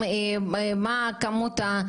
מה התוכנית?